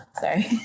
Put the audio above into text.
Sorry